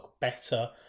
better